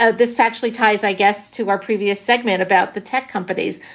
ah this actually ties, i guess, to our previous segment about the tech companies,